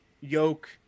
Yoke